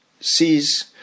sees